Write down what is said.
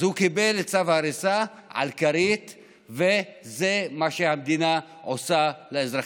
אז הוא קיבל את צו ההריסה על הכרית וזה מה שהמדינה עושה לאזרחים.